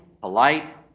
polite